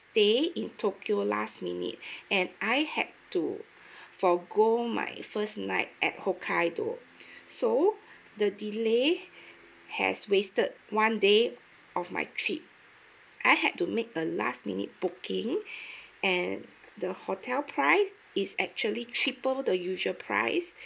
stay in tokyo last minute and I had to forgo my first night at hokkaido so the delay has wasted one day of my trip I had to make a last minute booking and the hotel price is actually triple the usual price